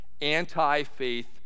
anti-faith